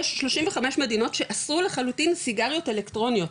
יש 35 מדינות שאסור לחלוטין סיגריות אלקטרוניות,